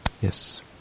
Yes